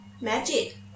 Magic